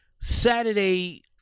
Saturday